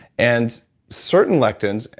and certain lectins,